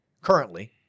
currently